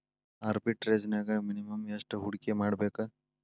ಆರ್ಬಿಟ್ರೆಜ್ನ್ಯಾಗ್ ಮಿನಿಮಮ್ ಯೆಷ್ಟ್ ಹೂಡ್ಕಿಮಾಡ್ಬೇಕ್?